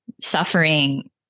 suffering